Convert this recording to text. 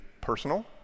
personal